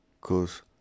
Cause